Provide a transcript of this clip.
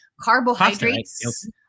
Carbohydrates